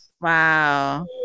wow